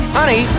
Honey